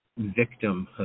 victimhood